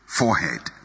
forehead